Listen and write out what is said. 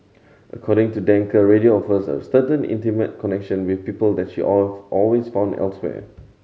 according to Danker radio offers a certain intimate connection with people that she all always found elsewhere